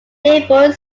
neighboring